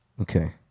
Okay